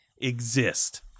exist